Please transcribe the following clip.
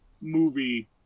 movie